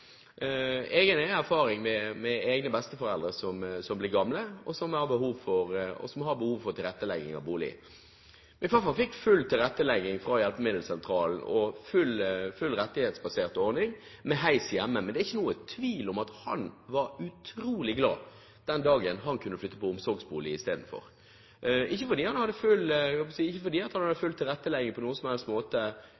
egen erfaring med besteforeldre som blir gamle, og som har behov for tilrettelegging av bolig. Min farfar fikk full tilrettelegging fra hjelpemiddelsentralen og full rettighetsbasert ordning med heis hjemme. Men det er ikke noen tvil om at han var utrolig glad den dagen han kunne flytte i omsorgsbolig, ikke fordi han der hadde full tilrettelegging på noen som helst måte utover noe hjemmehjelp og sånn, men på grunn av lettelsen ved at han